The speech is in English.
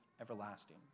everlasting